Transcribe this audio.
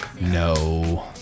No